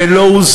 ולא נגד השליש,